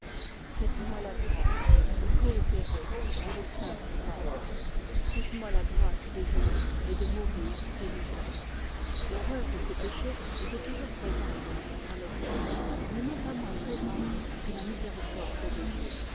faites moy la grâce de coopérer à vos saintes grâces faites moy la grâce de vivre et de mourir pénitent l'horreur de ses péchés estoit toujours présente à son esprit mais non pas moins présente que la miséricorde de dieu